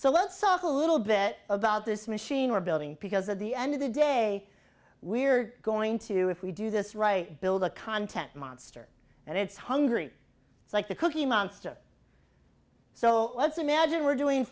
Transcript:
so let's soft a little bit about this machine or building because at the end of the day we're going to if we do this right build a content monster and it's hungry it's like the cookie monster so let's imagine we're doing